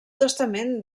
testament